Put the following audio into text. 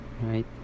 Right